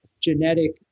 genetic